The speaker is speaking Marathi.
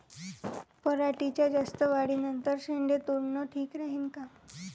पराटीच्या जास्त वाढी नंतर शेंडे तोडनं ठीक राहीन का?